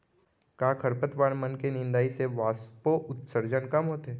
का खरपतवार मन के निंदाई से वाष्पोत्सर्जन कम होथे?